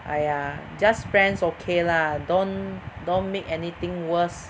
!aiya! just friends okay lah don't don't make anything worse